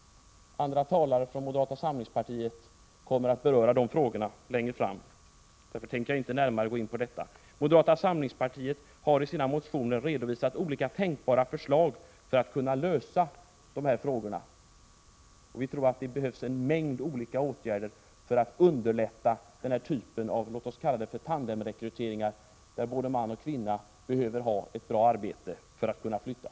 Andra talare från moderata samlingspartiet kommer att beröra dessa frågor längre fram, och därför tänker jag inte närmare gå in på dem. Moderata samlingspartiet har i sina motioner redovisat olika tänkbara förslag för att lösa dessa frågor. Vi tror att det behövs en mängd olika åtgärder för att underlätta ”tandemrekrytering”, när både man och kvinna behöver ha ett bra arbete för att familjen skall kunna flytta.